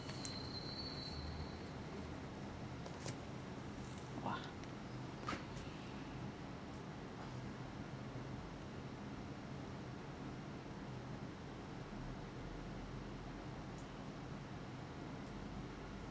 !wah!